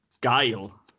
Guile